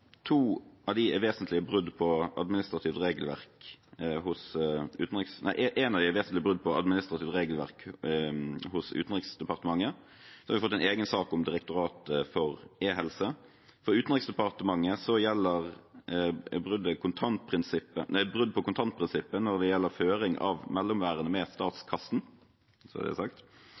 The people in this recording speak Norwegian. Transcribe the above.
En av dem er vesentlige brudd på administrativt regelverk hos Utenriksdepartementet. Så har vi fått en egen sak om Direktoratet for e-helse. For Utenriksdepartementet er det et brudd på kontantprinsippet når det gjelder føring av mellomværende med statskassen. Så er det sagt.